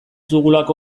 dugulako